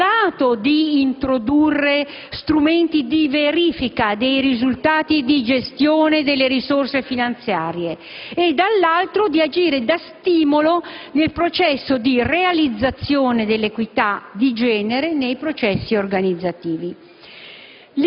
da un lato, di introdurre strumenti di verifica dei risultati di gestione delle risorse finanziarie e, dall'altro, di agire da stimolo nel processo di realizzazione dell'equità di genere nei processi organizzativi.